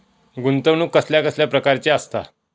गुंतवणूक कसल्या कसल्या प्रकाराची असता?